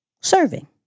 serving